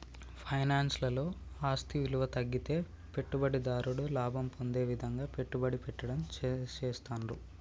finance లలో ఆస్తి విలువ తగ్గితే పెట్టుబడిదారుడు లాభం పొందే విధంగా పెట్టుబడి పెట్టడం చేస్తాండ్రు